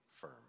firm